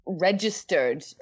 registered